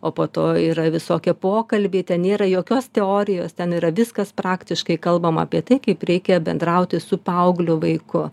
o po to yra visokie pokalbiai ten nėra jokios teorijos ten yra viskas praktiškai kalbama apie tai kaip reikia bendrauti su paaugliu vaiku